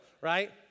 right